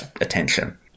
attention